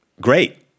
Great